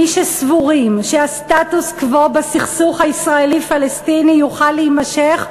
מי שסבורים שהסטטוס-קוו בסכסוך הישראלי פלסטיני יוכל להימשך,